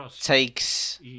takes